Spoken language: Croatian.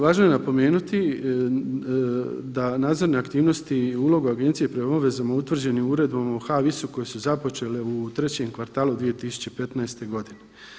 Važno je napomenuti da nadzorne aktivnosti i uloga Agencije prema obvezama utvrđenim Uredbom o … su započele u trećem kvartalu 2015. godine.